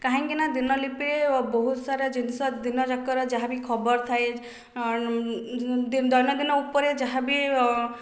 କାହିଁକିନା ଦିନଲିପି ବହୁତସାରା ଜିନିଷ ଦିନଯାକର ଯାହା ବି ଖବର ଥାଏ ଦୈନଦିନ ଉପରେ ଯାହା ବି